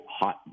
hot